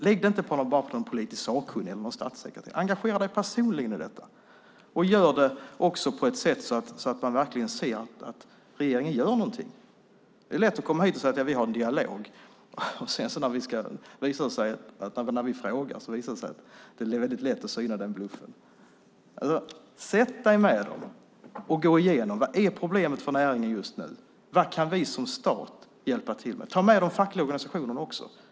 Lägg det inte bara på någon politiskt sakkunnig eller en statssekreterare, engagera dig personligen i detta och gör det också på ett sätt så att man verkligen ser att regeringen gör någonting. Det är lätt att komma hit och säga att man har en dialog. När vi frågar visar det sig att det är väldigt lätt att syna den bluffen. Sätt dig med dem och gå igenom vad som är problemet för näringen just nu! Vad kan vi som stat hjälpa till med? Ta med de fackliga organisationerna också!